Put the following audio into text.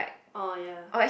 oh ya